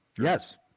Yes